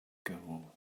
gall